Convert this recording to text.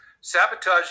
sabotaging